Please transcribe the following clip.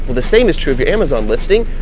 the same is true of your amazon listing.